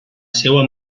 seua